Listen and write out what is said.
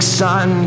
sun